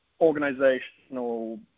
organizational